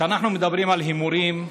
כשאנחנו מדברים על הימורים,